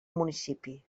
municipi